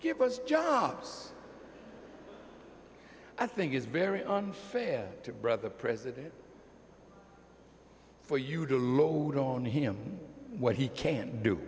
us jobs i think is very unfair to brother president for you to load on him what he can't do